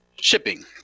shipping